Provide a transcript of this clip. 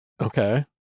Okay